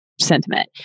sentiment